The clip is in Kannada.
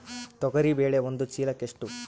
ತೊಗರಿ ಬೇಳೆ ಒಂದು ಚೀಲಕ ಎಷ್ಟು?